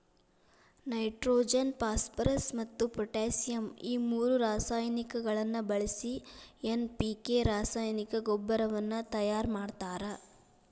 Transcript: nitrogen phosphorus ಮತ್ತ್ potassium ಈ ಮೂರು ರಾಸಾಯನಿಕಗಳನ್ನ ಬಳಿಸಿ ಎನ್.ಪಿ.ಕೆ ರಾಸಾಯನಿಕ ಗೊಬ್ಬರವನ್ನ ತಯಾರ್ ಮಾಡ್ತಾರ